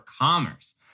Commerce